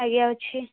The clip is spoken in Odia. ଆଜ୍ଞା ଅଛି